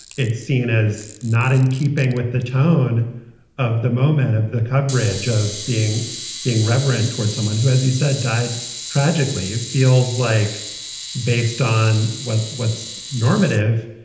it's seen as not in keeping with the tone of the moment of the coverage of being being reverent toward someone who, as you said, died tragically. it feels like based on what what's normative,